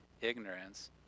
ignorance